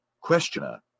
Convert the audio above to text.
questioner